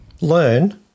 learn